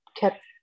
kept